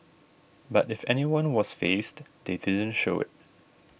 but if anyone was fazed they didn't show it